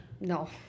No